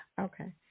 Okay